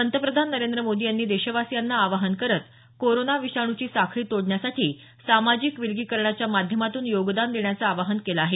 पंतप्रधान नरेंद्र मोदी यांनी देशवासियांना आवाहन करत कोरोना विषाणूची साखळी तोडण्यासाठी सामाजिक विलगीकरणाच्या माध्यामातून योगदान देण्याचं आवाहन केलं आहे